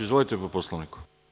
Izvolite po Poslovniku.